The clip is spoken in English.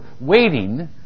waiting